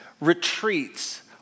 retreats